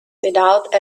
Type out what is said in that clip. without